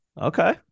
Okay